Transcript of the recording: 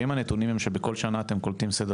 אם הנתונים הם שבכל שנה אתם קולטים סדר